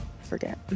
forget